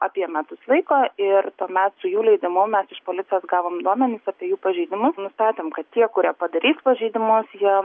apie metus laiko ir tuomet su jų leidimu mes iš policijos gavom duomenis apie jų pažeidimus nustatėm kad tie kurie padarys pažeidimus jie